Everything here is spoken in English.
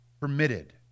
permitted